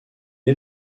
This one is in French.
est